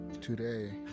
Today